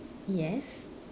yes